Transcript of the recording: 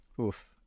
Oof